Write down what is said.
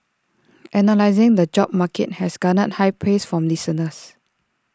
analysing the job market has garnered high praise from listeners